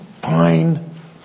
Fine